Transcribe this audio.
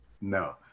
No